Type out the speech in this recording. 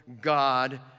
God